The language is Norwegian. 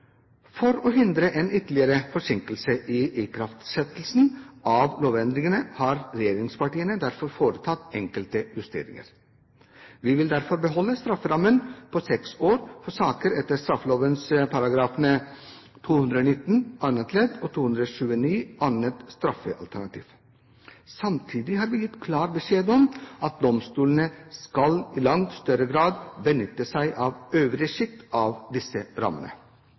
For å hindre en ytterligere forsinkelse i ikraftsettelsen av lovendringene har regjeringspartiene derfor foretatt enkelte justeringer. Vi vil derfor beholde strafferammen på seks år for saker etter straffeloven §§ 219 annet ledd og 229 annet straffealternativ. Samtidig har vi gitt klar beskjed om at domstolene i langt større grad skal benytte seg av øvre sjikt av disse rammene.